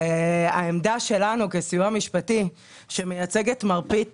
העמדה שלנו כסיוע משפטי שמייצג את מרבית